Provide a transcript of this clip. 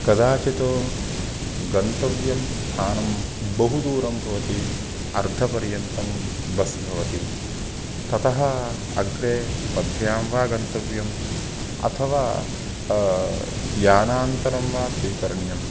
कदाचित् गन्तव्यं स्थानं बहु दूरं भवति अर्धपर्यन्तं बस् भवति ततः अग्रे पद्भ्यां वा गन्तव्यम् अथवा यानान्तरं वा स्वीकरणीयम्